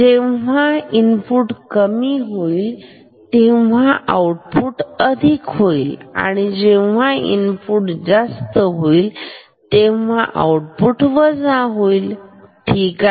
जेव्हा इनपुट कमी होईल तेव्हा आउटपुट अधिक होईल आणि जेव्हा इनपुट जास्त होईल आउटपुट वजा होईल ठीक आहे